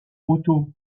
otto